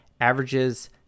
averages